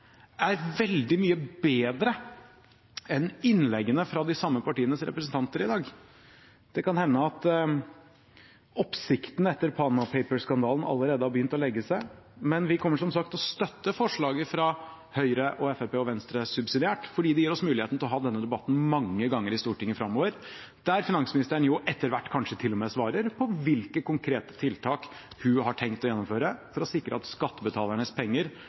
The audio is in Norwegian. er veldig mye bedre enn innleggene fra de samme partienes representanter. Det kan hende at oppsikten etter Panama Papers-skandalen allerede har begynt å legge seg. Vi kommer til å støtte forslaget fra Høyre, Fremskrittspartiet og Venstre subsidiært fordi det gir oss muligheten til å ha denne debatten mange ganger i Stortinget framover, der finansministeren etter hvert kanskje til og med svarer på hvilke konkrete tiltak hun har tenkt å gjennomføre for å sikre at skattebetalernes penger